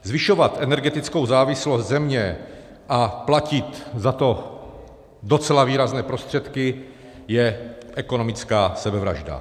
Zvyšovat energetickou závislost země a platit za to docela výrazné prostředky je ekonomická sebevražda.